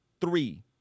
three